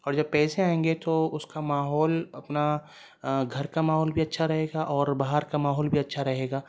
اور جب پیسے آئیں گے تو اس کا ماحول اپنا گھر کا ماحول بھی اچھا رہے گا اور باہر کا ماحول بھی اچھا رہے گا